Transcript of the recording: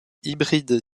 hybride